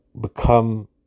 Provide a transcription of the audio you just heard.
become